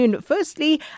Firstly